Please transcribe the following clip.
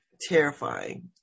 terrifying